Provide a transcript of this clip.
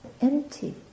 empty